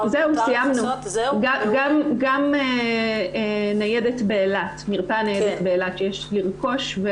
גם ניידת באילת מרפאה ניידת באילת שיש לרכוש,